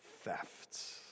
thefts